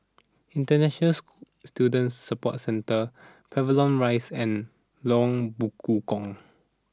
International Student Support Centre Pavilion Rise and Lorong Bekukong